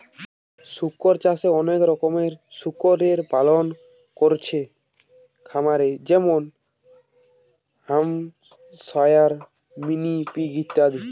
শুকর চাষে অনেক রকমের শুকরের পালন কোরছে খামারে যেমন হ্যাম্পশায়ার, মিনি পিগ ইত্যাদি